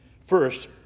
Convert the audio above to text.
First